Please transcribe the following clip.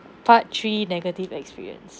part three negative experience